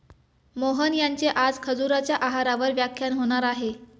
मोहन यांचे आज खजुराच्या आहारावर व्याख्यान होणार आहे